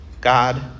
God